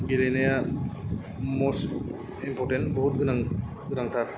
गेलेनाया मस्त इम्पर्तेन्त बहद गोनां गोनांथार